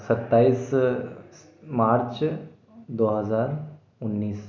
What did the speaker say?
सत्ताईस मार्च दो हज़ार उन्नीस